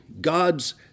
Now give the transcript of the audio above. God's